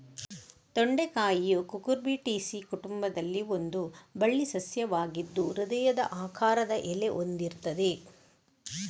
ತೊಂಡೆಕಾಯಿಯು Cucurbitaceae ಕುಟುಂಬದಲ್ಲಿ ಒಂದು ಬಳ್ಳಿ ಸಸ್ಯವಾಗಿದ್ದು ಹೃದಯದ ಆಕಾರದ ಎಲೆ ಹೊಂದಿರ್ತದೆ